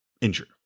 injured